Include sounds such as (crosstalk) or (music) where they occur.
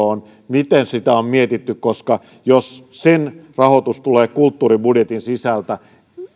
(unintelligible) on miten sitä on mietitty jos sen rahoitus tulee kulttuuribudjetin sisältä